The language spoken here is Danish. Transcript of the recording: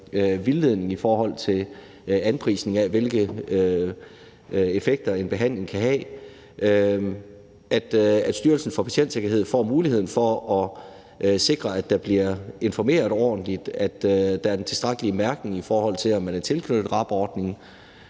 vildledning i forhold til anprisning af, hvilke effekter en behandling kan have, at Styrelsen for Patientsikkerhed får muligheden for at sikre, at der bliver informeret ordentligt, at der er den tilstrækkelige mærkning, i forhold til om man er tilknyttet RAB-ordningen,